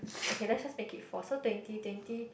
okay let's just make it four so twenty twenty